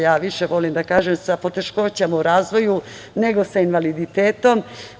Ja više volim da kažem sa poteškoćama u razvoju, nego sa invaliditetom.